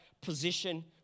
position